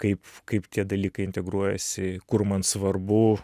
kaip kaip tie dalykai integruojasi kur man svarbu